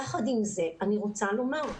יחד עם זה אני רוצה לומר,